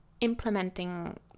implementing